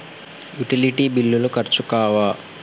Utility బిల్లులు ఖర్చు కావా?